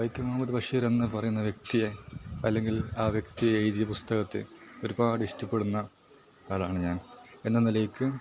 വൈക്കം മുഹമ്മദ് ബഷീർ എന്ന് പറയുന്ന വ്യക്തിയെ അല്ലെങ്കിൽ ആ വ്യക്തി എഴുതിയ പുസ്തകത്തെ ഒരുപാട് ഇഷ്ടപെടുന്ന ആളാണ് ഞാൻ എന്ന നിലയ്ക്ക്